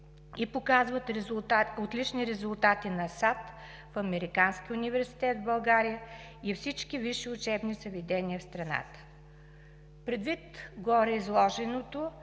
и показват отлични резултати на САТ в Американския университет в България и всички висши учебни заведения в страната. Предвид гореизложеното,